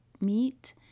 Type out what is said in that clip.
meat